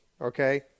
okay